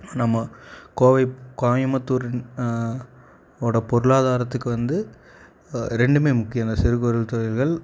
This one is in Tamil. நம்ம கோவை கோயபுத்தூரின் ஓட பொருளாதாரத்துக்கு வந்து ரெண்டுமே முக்கியம் தான் சிறு குறு தொழில்கள்